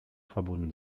verbunden